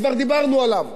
כבר דיברנו עליו.